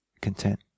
content